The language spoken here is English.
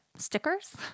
stickers